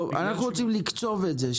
אנחנו רוצים לקצוב את זה.